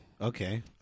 Okay